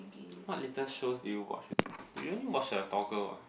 what little shows did you watch recently do you only watch the tall girl ah